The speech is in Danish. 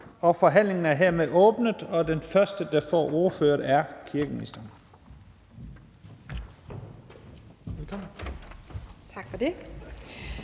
Forhandlingen er hermed åbnet, og den første, der får ordet, er kirkeministeren.